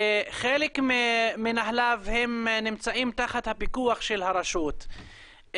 שחלק מנהליו הם נמצאים תחת הפיקוח של הרשות.